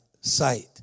sight